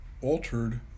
altered